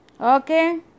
Okay